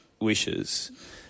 wishes